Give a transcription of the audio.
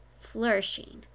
flourishing